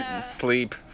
sleep